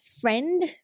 friend